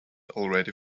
already